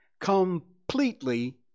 completely